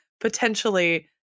potentially